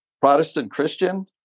Protestant-Christian